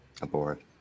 aboard